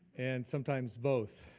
and sometimes both.